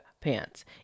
pants